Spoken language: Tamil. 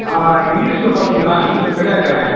ஆ இங்கிலீஷில் பார்த்தீங்களா இங்கிலீஷில் ஃபெயில் ஆகியிருக்கானே